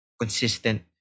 consistent